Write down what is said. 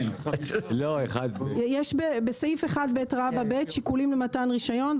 לשיקולים ----- יש בסעיף 1ב(ב) שיקולים למתן רישיון,